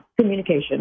communication